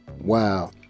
wow